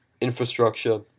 infrastructure